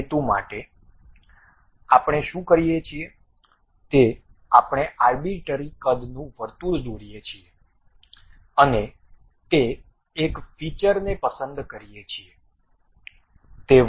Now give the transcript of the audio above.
તે હેતુ માટે આપણે શું કરીએ છીએ તે આપણે આર્બિટ્રરી કદનું વર્તુળ દોરીએ છીએ અને તે એક ફીચરને પસંદ કરીએ છીએ